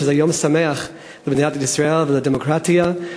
שזה יום שמח למדינת ישראל ולדמוקרטיה,